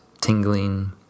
tingling